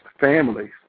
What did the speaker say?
families